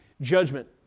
judgment